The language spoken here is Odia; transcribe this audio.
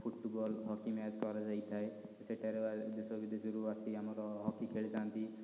ଫୁଟବଲ୍ ହକି ମ୍ୟାଚ୍ କରାଯାଇଥାଏ ସେଠାରେ ଦେଶ ବିଦେଶରୁ ଆସି ଆମର ହକି ଖେଳିଥାନ୍ତି